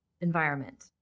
environment